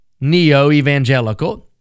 neo-evangelical